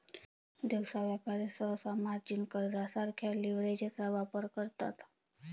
दिवसा व्यापारी सहसा मार्जिन कर्जासारख्या लीव्हरेजचा वापर करतात